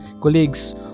colleagues